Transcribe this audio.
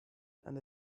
and